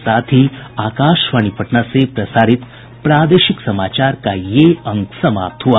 इसके साथ ही आकाशवाणी पटना से प्रसारित प्रादेशिक समाचार का ये अंक समाप्त हुआ